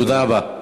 תודה רבה.